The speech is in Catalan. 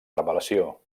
revelació